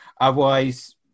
otherwise